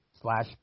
slash